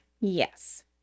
Yes